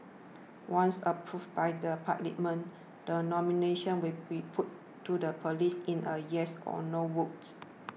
once approved by Parliament the nomination will be put to the police in a yes or no vote